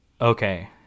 Okay